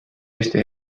eesti